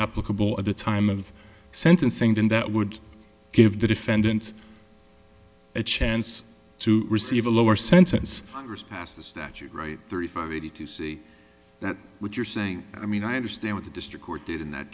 applicable at the time of sentencing then that would give the defendant a chance to receive a lower sentence congress passed a statute right thirty five eighty two see that what you're saying i mean i understand what the district court did in that